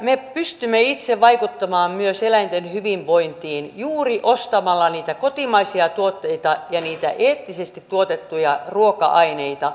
me pystymme itse vaikuttamaan myös eläinten hyvinvointiin juuri ostamalla niitä kotimaisia tuotteita ja niitä eettisesti tuotettuja ruoka aineita